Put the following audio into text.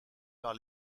par